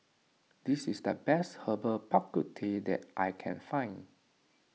this is the best Herbal Bak Ku Teh that I can find